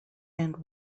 and